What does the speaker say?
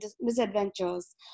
misadventures